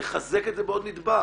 לחזק את זה בעוד נדבך.